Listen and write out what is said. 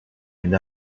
and